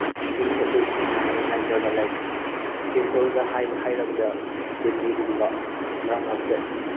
ꯁꯤ ꯈꯣꯠꯂꯤ ꯁꯤ ꯅꯥꯏꯌꯦ ꯅꯠꯇ꯭ꯔꯒ ꯂꯥꯏꯛ ꯁꯤꯝꯄꯜꯗ ꯍꯥꯏꯔꯕꯗ ꯕꯤ ꯄꯤꯒꯨꯝꯕ ꯃꯔꯛ ꯃꯔꯛꯇ